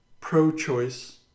pro-choice